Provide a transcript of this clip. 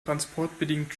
transportbedingt